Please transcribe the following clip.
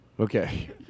Okay